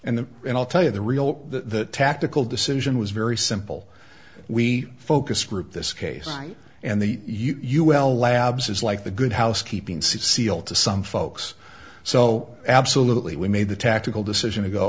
then and i'll tell you the real the tactical decision was very simple we focus grouped this case and the ul labs is like the good housekeeping seal to some folks so absolutely we made the tactical decision to go